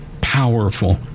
powerful